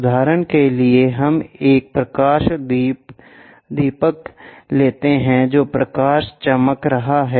उदाहरण के लिए हम एक प्रकाश दीपक लेते हैं जो प्रकाश चमक रहा है